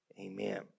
Amen